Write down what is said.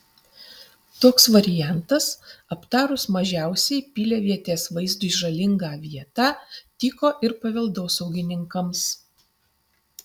toks variantas aptarus mažiausiai piliavietės vaizdui žalingą vietą tiko ir paveldosaugininkams